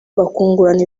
bakungurana